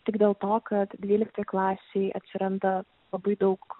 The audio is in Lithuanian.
tik dėl to kad dvyliktoj klasėj atsiranda labai daug